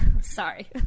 sorry